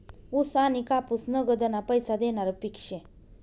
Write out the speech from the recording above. ऊस आनी कापूस नगदना पैसा देनारं पिक शे